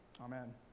Amen